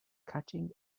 catching